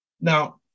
Now